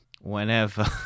Whenever